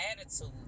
attitude